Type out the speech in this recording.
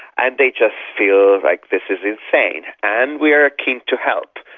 and they just feel like this is insane. and we are keen to help.